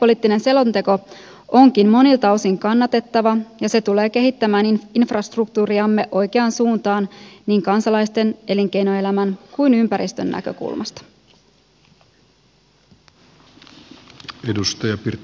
liikennepoliittinen selonteko onkin monilta osin kannatettava ja se tulee kehittämään infrastruktuuriamme oikeaan suuntaan niin kansalaisten elinkeinoelämän kuin ympäristön näkökulmasta